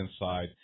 inside